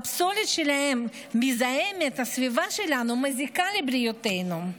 שהפסולת שלהם מזהמת את הסביבה שלנו ומזיקה לבריאותנו.